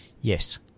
yes